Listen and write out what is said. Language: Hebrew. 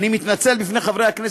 אני מתנצל בפני חברי הכנסת,